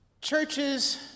Churches